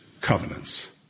covenants